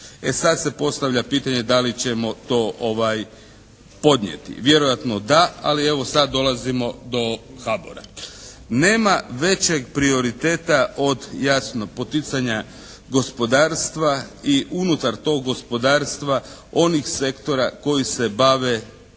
E sad se postavlja pitanje da li ćemo to podnijeti. Vjerojatno da, ali evo sad dolazimo do HBOR-a. Nema većeg prioriteta od jasno poticanja gospodarstva i unutar tog gospodarstva onih sektora koji se bave izvozom.